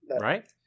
Right